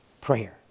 prayer